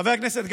חבר הכנסת גפני,